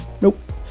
nope